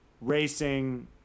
racing